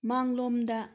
ꯃꯥꯡꯂꯣꯝꯗ